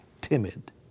timid